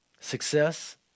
Success